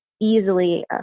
easily